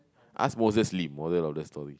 ask Moses-Lim moral of the story